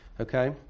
okay